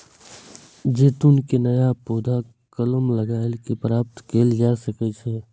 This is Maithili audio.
जैतून के नया पौधा कलम लगाए कें प्राप्त कैल जा सकै छै